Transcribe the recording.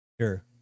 sure